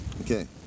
Okay